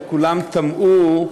וכולם תמהו,